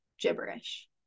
gibberish